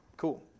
cool